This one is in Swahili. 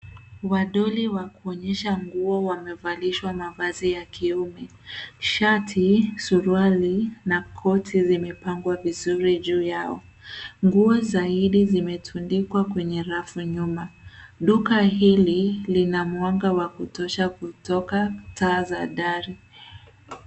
Wadoli wa kuonyesha nguo wamevalishwa mavazi ya kiume, shati, suruali na koti zimepangwa vizuri juu yao. Nguo zaidi zimetundikwa kwenye rafu nyuma. Duka hili lina mwanga wa kutosha kutoka taa za dari.